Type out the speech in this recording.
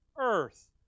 Earth